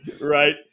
Right